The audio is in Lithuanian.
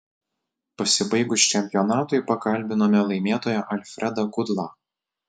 pasibaigus čempionatui pakalbinome laimėtoją alfredą kudlą